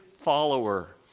follower